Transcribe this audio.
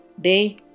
Day